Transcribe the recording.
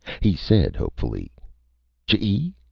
he said hopefully chee?